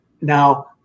Now